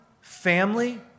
family